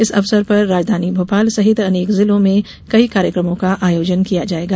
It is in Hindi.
इस अवसर पर राजधानी भोपाल सहित अनेक जिलों में कई कार्यक्रमों का आयोजन किया जाएगा